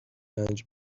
رنج